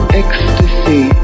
ecstasy